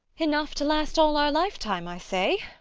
enough to last all our lifetime, i say.